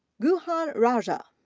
ghuhan rajah.